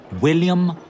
William